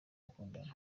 bakundana